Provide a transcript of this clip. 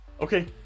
Okay